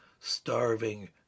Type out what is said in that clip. starving